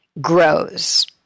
grows